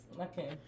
Okay